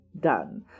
done